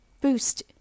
boost